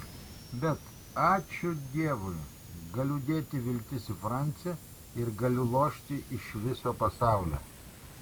bet ačiū dievui galiu dėti viltis į francį ir galiu lošti iš viso pasaulio